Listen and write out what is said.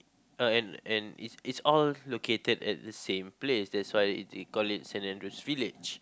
uh and and it's it's all located at the same place that's why it's they call it Saint-Andrew's village